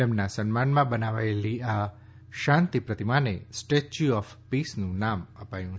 તેમના સન્માનમાં બનાવાયેલી આ શાંતિ પ્રતિમાને સ્ટેય્યુ ઓફ પીસનું નામ અપાયું છે